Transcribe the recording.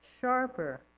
sharper